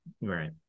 Right